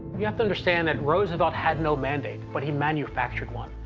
you have to understand that roosevelt had no mandate but he manufactured one.